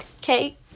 okay